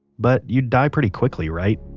but you'd die pretty quickly right?